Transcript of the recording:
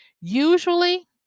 Usually